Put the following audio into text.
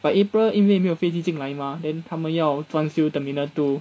by april 因为没有飞机进来嘛 then 他们又要装修 terminal two